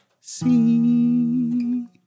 see